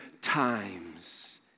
times